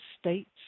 states